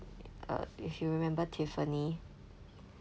uh if you remember tiffany